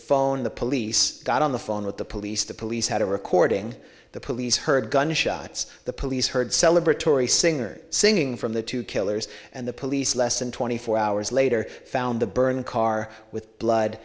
phone the police got on the phone with the police the police had a recording the police heard gunshots the police heard celebrate tory singers singing from the two killers and the police less than twenty four hours later found the burning car with blood